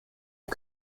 you